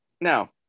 now